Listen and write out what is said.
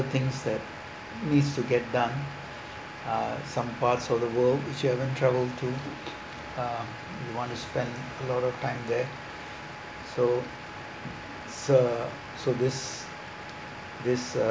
things that needs to get done uh some pass of the world which we haven't travel to um you want to spend a lot of time there so uh so this this uh